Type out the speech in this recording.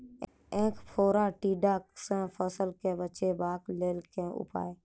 ऐंख फोड़ा टिड्डा सँ फसल केँ बचेबाक लेल केँ उपाय?